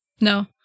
No